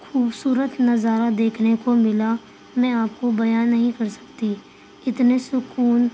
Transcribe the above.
خوبصورت نظارہ دیکھنے کو ملا میں آپ کو بیاں نہیں کر سکتی اتنے سکون